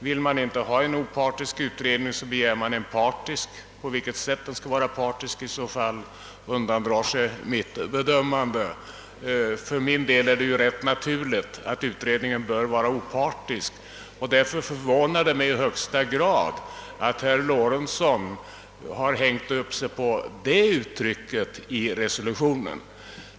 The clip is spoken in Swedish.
Vill man inte ha en opartisk utredning, så begär man väl en partisk — på vilket sätt den i så fall skulle vara partisk undandrar sig mitt bedömande. För mig är det alltså rätt naturligt att en utredning bör vara opartisk, och därför förvånar det mig i högsta grad att herr Lorentzon hängt upp sig på det uttrycket i resolutionen.